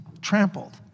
trampled